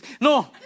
No